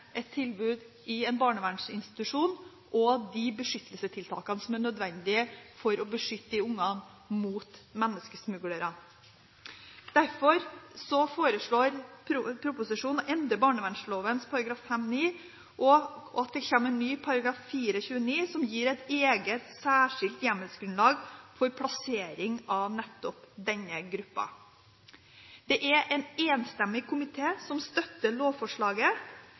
et tilbud i barnevernsinstitusjon og disse beskyttelsestiltakene som er nødvendige for å beskytte disse ungene mot menneskesmuglere. Derfor foreslås det i proposisjonen å endre barnevernloven § 5-9 og at det kommer en ny § 4-29, som gir et eget særskilt hjemmelsgrunnlag for plassering av nettopp denne gruppen. Det er en enstemmig komité som støtter lovforslaget.